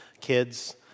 kids